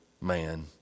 man